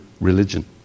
religion